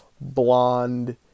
Blonde